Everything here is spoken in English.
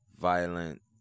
violent